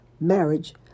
marriage